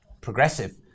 progressive